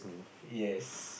yes